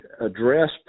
address